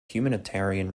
humanitarian